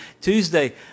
Tuesday